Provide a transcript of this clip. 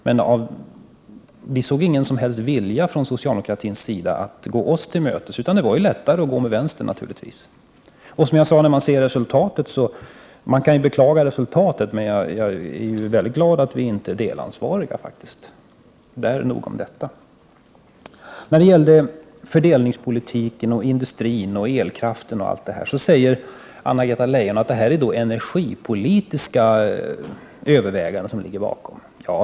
Men vi märkte inte någon som helst vilja från socialdemokraternas sida att gå oss till mötes, utan det var naturligtvis lättare att gå med högern. När man ser resultatet — vilket man kan beklaga — är jag mycket glad att vi inte är delansvariga. Nog om detta. När det gäller fördelningspolitiken, industrin, elkraften m.m. säger Anna-Greta Leijon att det är energipolitiska överväganden som ligger bakom.